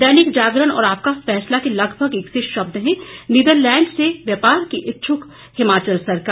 दैनिक जागरण और आपका फैसला के लगभग एक से शब्द हैं नीदरलैंड्स से व्यापार की इच्छुक हिमाचल सरकार